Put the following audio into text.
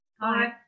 Hi